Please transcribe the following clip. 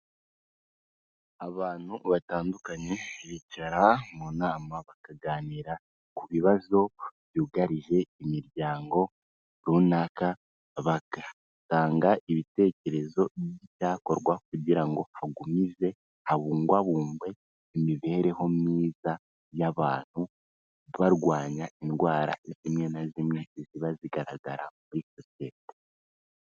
Abantu batandukanye bicara mu nama bakaganira ku bibazo byugarije imiryango runaka, bagatanga ibitekerezo byakorwa kugira ngo hagumize habungwabungwe imibereho myiza y'abantu, barwanya indwara zimwe na zimwe ziba zigaragara muri sosiyete.